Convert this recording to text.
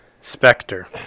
Spectre